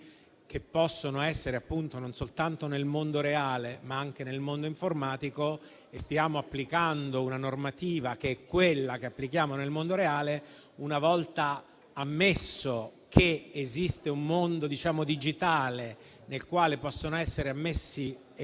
possano avvenire non soltanto nel mondo reale, ma anche in quello informatico, e stiamo applicando la normativa che applichiamo nel mondo reale, una volta ammesso che esiste un mondo digitale nel quale possono essere commessi reati,